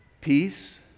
peace